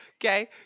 Okay